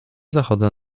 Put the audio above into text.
zachodem